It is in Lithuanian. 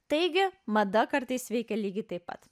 taigi mada kartais veikia lygiai taip pat